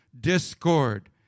discord